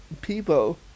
people